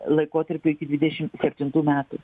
laikotarpiui iki dvidešim septintų metų